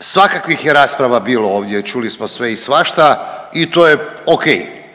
Svakakvih je rasprava bilo ovdje, čuli smo sve i svašta i to je o.k.